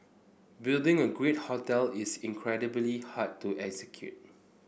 building a great hotel is incredibly hard to execute